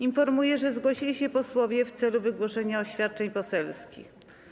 Informuję, że zgłosili się posłowie w celu wygłoszenia oświadczeń poselskich.